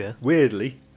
weirdly